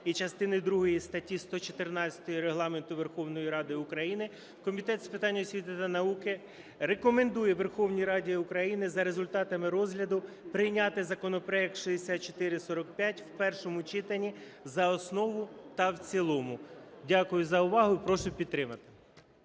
і частини другої статті 114 Регламенту Верховної Ради України Комітет з питань освіти та науки рекомендує Верховній Раді України за результатами розгляду прийняти законопроект 6445 в першому читанні за основу та в цілому. Дякую за увагу і прошу підтримати.